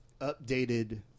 updated